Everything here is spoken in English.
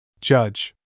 Judge